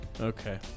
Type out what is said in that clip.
Okay